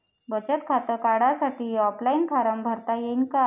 बचत खातं काढासाठी ऑफलाईन फारम भरता येईन का?